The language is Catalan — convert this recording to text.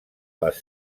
les